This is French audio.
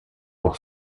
pour